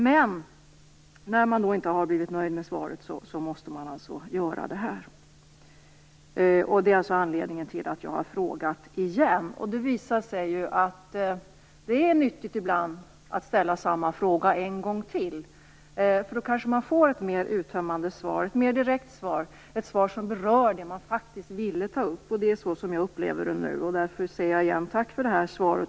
Men när man inte blivit nöjd med svaret måste man alltså göra detta, och det är anledningen till att jag har frågat igen. Det visar sig ju att det ibland är nyttigt att ställa samma fråga en gång till. Då kanske man får ett mer uttömmande och direkt svar, som berör det man faktiskt ville ta upp. Så upplever jag det nu, och därför säger jag återigen tack.